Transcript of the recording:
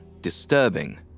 disturbing